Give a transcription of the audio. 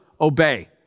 obey